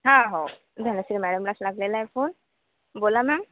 हां हो धनश्री मॅडमलाच लागलेला आहे फोन बोला मॅम